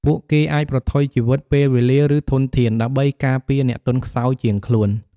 ពួកគេអាចប្រថុយជីវិត ពេលវេលា ឬធនធាន ដើម្បីការពារអ្នកទន់ខ្សោយជាងខ្លួន។